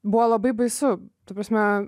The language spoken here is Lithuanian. buvo labai baisu ta prasme